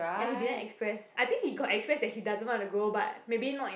ya he didn't express I think he got express that he doesn't want to go but maybe not in